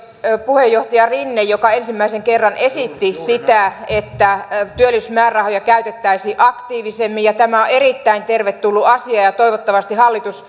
puheenjohtaja rinne joka ensimmäisen kerran esitti sitä että työllisyysmäärärahoja käytettäisiin aktiivisemmin ja tämä on erittäin tervetullut asia ja toivottavasti hallitus